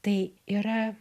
tai yra